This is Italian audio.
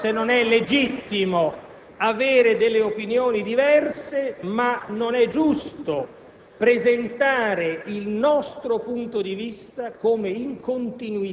Naturalmente è legittimo avere un'opinione diversa.